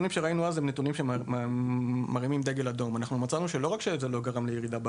אנחנו מצאנו שלא רק שזה לא גרם לירידה בריביות,